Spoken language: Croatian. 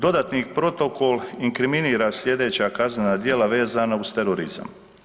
Dodatni Protokol inkriminira sljedeća kaznena djela vezana uz terorizam.